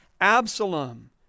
Absalom